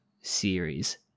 series